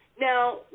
Now